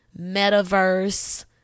metaverse